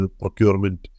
procurement